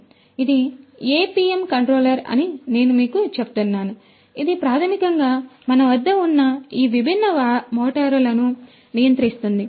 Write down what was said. కాబట్టి ఇది ఈ APM కంట్రోలర్ అని నేను మీకు చెప్తున్నాను ఇది ప్రాథమికంగా మన వద్ద ఉన్న ఈ విభిన్న మోటారులను నియంత్రిస్తుంది